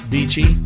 Beachy